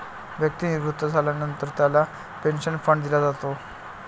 व्यक्ती निवृत्त झाल्यानंतर त्याला पेन्शन फंड दिला जातो